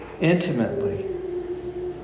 intimately